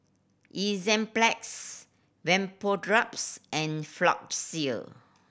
Enzyplex Vapodrops and